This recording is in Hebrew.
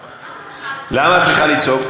למה את צריכה לצעוק?